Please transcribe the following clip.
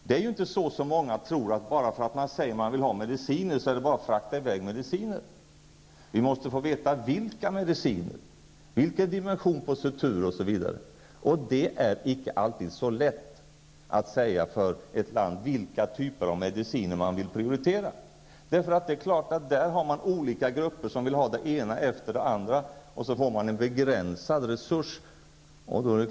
Det är inte på det sättet, som många tror, att bara för att det sägs att man vill ha mediciner, är det bara att frakta i väg mediciner. Vi måste få veta vilka mediciner, vilken dimension på sutur osv. Det är icke alltid så lätt för ett land att säga vilka typer av mediciner man vill prioritera. Olika grupper vill ha det ena efter det andra, och så får man en begränsad resurs.